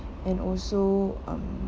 and also um